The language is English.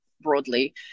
broadly